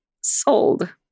sold